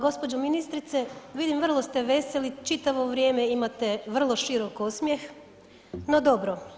Gđo. ministrice, vidim, vrlo ste veseli, čitavo vrijeme imate vrlo širok osmijeh, no dobro.